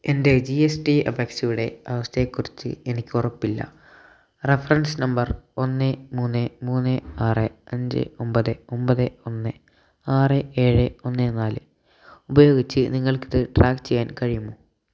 എൻറ്റെ G S T അപേക്ഷയുടെ അവസ്ഥയെക്കുറിച്ച് എനിക്കുറപ്പില്ല റഫറൻസ് നമ്പർ ഒന്ന് മൂന്ന് മൂന്ന് ആറ് അഞ്ച് ഒമ്പത് ഒമ്പത് ഒന്ന് ആറ് ഏഴ് ഒന്ന് നാല് ഉപയോഗിച്ച് നിങ്ങൾക്കിത് ട്രാക് ചെയ്യാൻ കഴിയുമോ